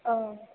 औ